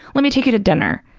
let me take you to dinner,